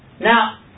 Now